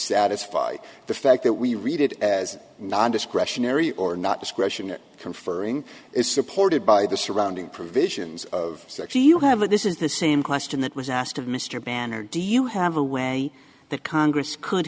satisfy the fact that we read it as nondiscretionary or not discretion it conferring is supported by the surrounding provisions of sexy you have a this is the same question that was asked of mr ban or do you have a way that congress could